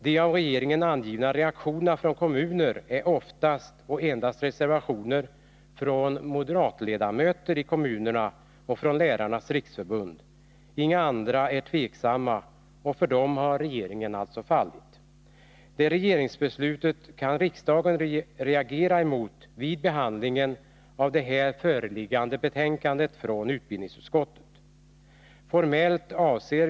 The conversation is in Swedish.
De av regeringen angivna reaktionerna från kommuner bygger endast på reservationer från moderatledamöter i kommunerna och från Lärarnas riksförbund. Inga andra är tveksamma, men ändå har regeringen fallit för dessa reaktioner. Riksdagen kan reagera mot regeringsbeslutet vid behandlingen av det betänkande från utbildningsutskottet som vi nu behandlar.